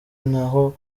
ntaho